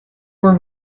were